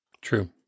True